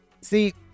See